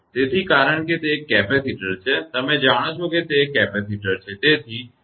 તેથી કારણ કે તે એક કેપેસિટર છે તમે જાણો છો કે તે કેપેસિટર છે